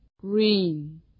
green